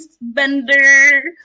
bender